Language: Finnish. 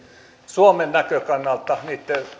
suomen näkökannalta niitten